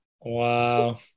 Wow